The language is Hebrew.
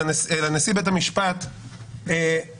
אלא נשיא בית המשפט שלנו,